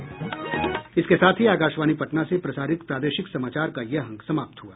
इसके साथ ही आकाशवाणी पटना से प्रसारित प्रादेशिक समाचार का ये अंक समाप्त हुआ